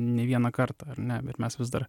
nei vieną kartą ar ne bet mes vis dar